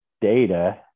data